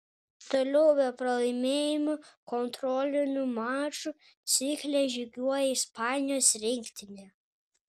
toliau be pralaimėjimų kontrolinių mačų cikle žygiuoja ispanijos rinktinė